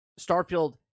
Starfield